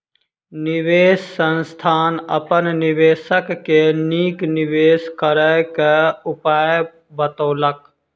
निवेश संस्थान अपन निवेशक के नीक निवेश करय क उपाय बतौलक